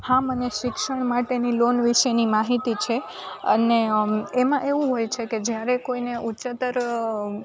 હા મને શિક્ષણ માટેની લોન વિષેની માહિતી છે અને એમાં એવું હોય છે કે જ્યારે કોઈ ને ઉચ્ચતર